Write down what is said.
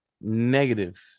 negative